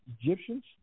Egyptians